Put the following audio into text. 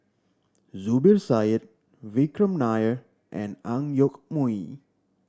Zubir Said Vikram Nair and Ang Yoke Mooi